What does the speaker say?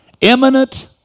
Imminent